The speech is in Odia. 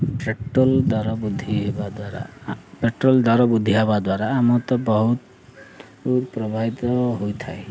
ପେଟ୍ରୋଲ ଦର ବୁଦ୍ଧି ହେବା ଦ୍ୱାରା ପେଟ୍ରୋଲ ଦର ବୁଦ୍ଧି ହେବା ଦ୍ୱାରା ଆମର ତ ବହୁତ ପ୍ରଭାବିତ ହୋଇଥାଏ